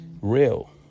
real